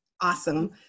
Awesome